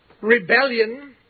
rebellion